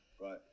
right